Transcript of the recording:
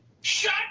Shut